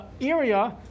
area